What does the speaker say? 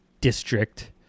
district